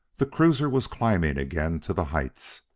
the cruiser was climbing again to the heights.